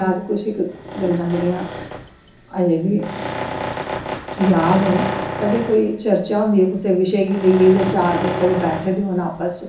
याद न कदें कोई चर्चा होंदी ऐ कुसे बिशे गी लेइयै जां चार लोग कदैं बैठे दे होन आपस च